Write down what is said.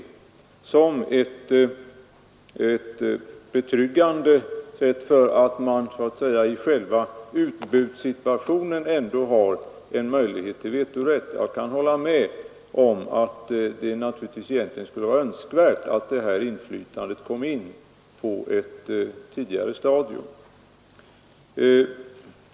Jag uppfattar det som betryggande att man beträffande själva utbudet har majoritetsrätt. Jag kan hålla med om att det naturligtvis skulle vara önskvärt att detta inflytande kom till uttryck på ett tidigare stadium.